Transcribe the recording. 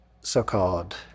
so-called